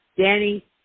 Danny